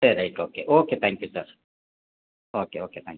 சரி right okay okay thank you sir okay okay thank you